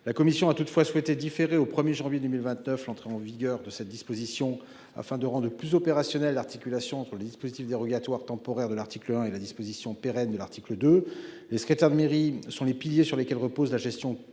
La commission a toutefois souhaité différer au 1er janvier 2029, l'entrée en vigueur de cette disposition afin de rang de plus opérationnel, l'articulation entre les dispositifs dérogatoires temporaires de l'article 1 et la disposition pérenne de l'article 2, secrétaire de mairie sont les piliers sur lesquels repose la gestion